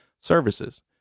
services